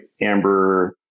amber